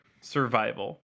survival